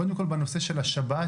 קודם כל, בנושא של השב"ס,